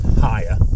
higher